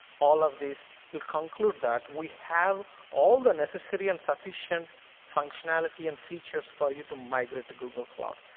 all of these will conclude that we have all the necessary and sufficient functionality and features for you to migrate to google cloud,